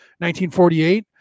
1948